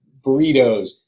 burritos